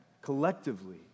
collectively